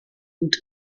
und